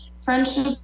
Friendship